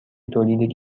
تولید